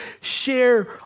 share